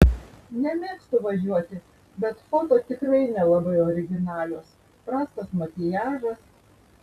nemėgstu važiuoti bet foto tikrai nelabai originalios prastas makiažas